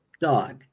dog